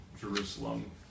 Jerusalem